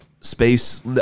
space